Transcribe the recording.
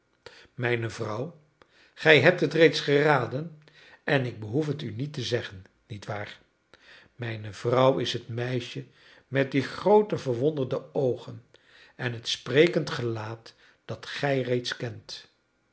mijne vrouw gij hebt het reeds geraden en ik behoef het u niet te zeggen nietwaar mijne vrouw is het meisje met die groote verwonderde oogen en het sprekend gelaat dat gij reeds kent